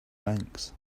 banks